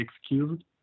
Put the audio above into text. excused